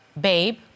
babe